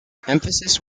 emphasis